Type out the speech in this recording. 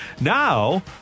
Now